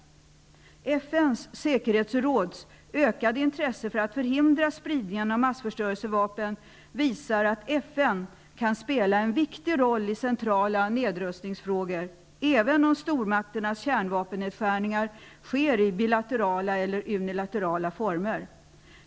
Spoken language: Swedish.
FN:s säkerhetsråds ökade intresse för att förhindra spridningen av massförstörelsevapen visar att FN kan spela en viktig roll i centrala nedrustningsfrågor, även om stormakternas kärnvapennedskärningar sker i bilaterala eller unilaterala former.